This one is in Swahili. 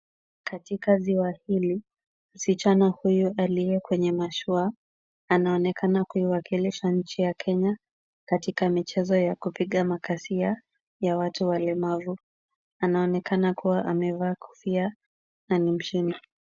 Katika ziwa hili, msichana huyu aliye kwenye mashua anaonekana kuwaikilisha nchi ya Kenya katika michezo ya kupiga makasia ya watu walemavu. Anaonekana kuwa amevaa kofia na ni mshindi.